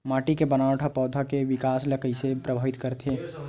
माटी के बनावट हा पौधा के विकास ला कइसे प्रभावित करथे?